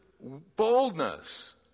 boldness